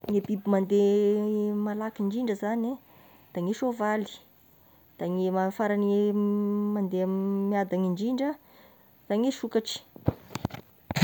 Gne biby mandeha malaky indrindra zany da ny soavaly, da ny farany mandeha miadagny indrindra da gny sokatry.